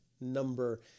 number